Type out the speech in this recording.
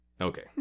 Okay